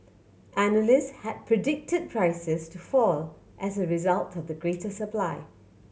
analysts had predicted prices to fall as a result of the greater supply